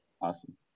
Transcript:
Awesome